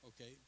okay